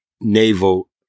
naval